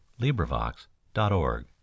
LibriVox.org